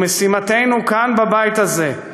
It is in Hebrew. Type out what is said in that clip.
ומשימתנו כאן, בבית הזה,